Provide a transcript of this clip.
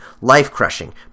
life-crushing